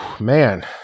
man